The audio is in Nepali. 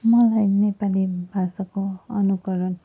मलाई नेपाली भाषाको अनुकरण